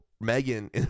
Megan